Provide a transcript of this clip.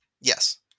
Yes